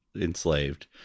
enslaved